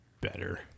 better